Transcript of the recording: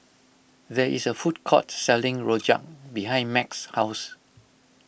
there is a food court selling Rojak behind Meg's house